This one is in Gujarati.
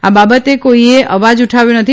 આ બાબતે કોઇએ અવાજ ઉઠાવ્યો નથી